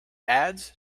ads